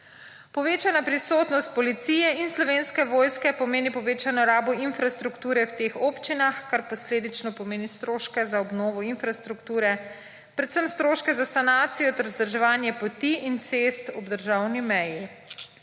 Povečana prisotnost policije in Slovenske vojske pomeni povečano rabo infrastrukture v teh občinah, kar posledično pomeni stroške za obnovo infrastrukture, predvsem stroške za sanacijo, ter vzdrževanje poti in cest ob državni meji.